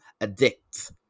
addict